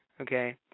Okay